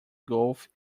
golfe